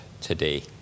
today